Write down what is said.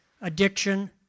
addiction